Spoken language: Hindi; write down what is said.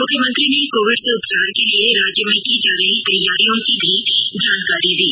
मुख्यमंत्री ने कोविड से उपचार के लिए राज्य में की जा रही तैयारियों की भी जानकारी दी